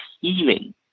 healing